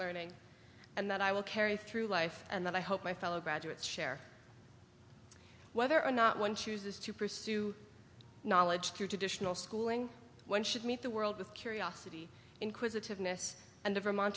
learning and that i will carry through life and that i hope my fellow graduates share whether or not one chooses to pursue knowledge through traditional schooling one should meet the world with curiosity inquisitiveness and vermont